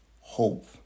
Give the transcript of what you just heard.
hope